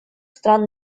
стран